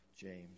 James